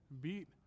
beat